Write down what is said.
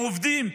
עובדים,